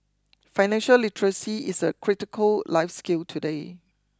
financial literacy is a critical life skill today